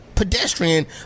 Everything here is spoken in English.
pedestrian